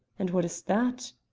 and what is that?